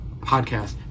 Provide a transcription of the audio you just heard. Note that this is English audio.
podcast